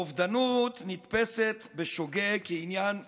אובדנות נתפסת בשוגג כעניין אישי,